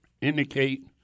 indicate